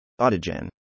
Autogen